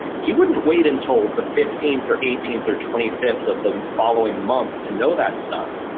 he wouldn't wait until the fifteenth or eighteenth or twenty fifth of the following month to know that stuff.